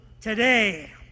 today